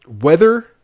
weather